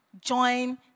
Join